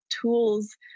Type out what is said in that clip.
tools